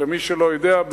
למי שלא יודע,